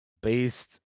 based